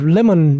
Lemon